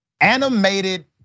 animated